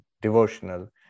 devotional